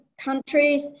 countries